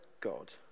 God